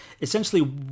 Essentially